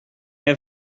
have